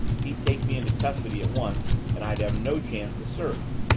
he'd take me into custody at once and i'd have no chance to search.